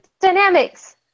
dynamics